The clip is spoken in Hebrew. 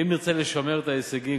אם נרצה לשמר את ההישגים,